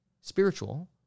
spiritual